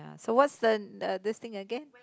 so what's the the this thing again